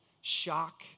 shock